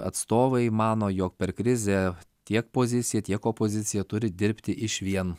atstovai mano jog per krizę tiek pozicija tiek opozicija turi dirbti išvien